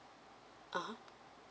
(uh huh)